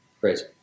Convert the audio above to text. crazy